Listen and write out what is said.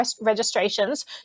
registrations